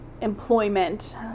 employment